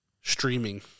streaming